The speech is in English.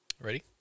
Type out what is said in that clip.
Ready